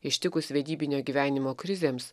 ištikus vedybinio gyvenimo krizėms